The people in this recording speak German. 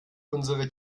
unsere